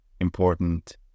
important